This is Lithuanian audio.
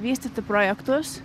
vystyti projektus